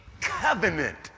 covenant